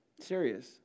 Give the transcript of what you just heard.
Serious